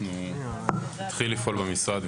אנחנו נתחיל לפעול במשרד,